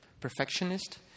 perfectionist